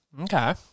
Okay